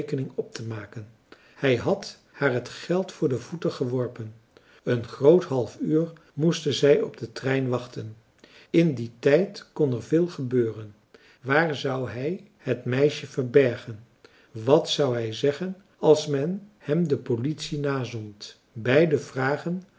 optemaken hij had haar het geld voor de voeten geworpen een groot half uur moesten zij op den trein wachten in dien tijd kon er veel gebeuren waar zou hij het meisje verbergen wat zou hij zeggen als men hem de politie nazond beide vragen